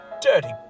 dirty